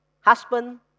husband